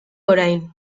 orain